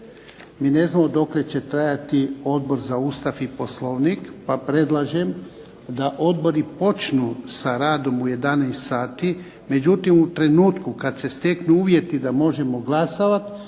Mi ne znamo dokle će trajati Odbor za Ustav i Poslovnik pa predlažem da odbori počnu sa radom u 11 sati. Međutim, u trenutku kada se steknu uvjeti da možemo glasovati,